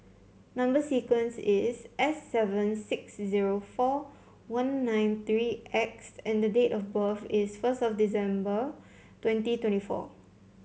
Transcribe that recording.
number sequence is S seven six zero four one nine three X and the date of birth is first of December twenty twenty four